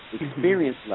experience